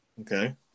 Okay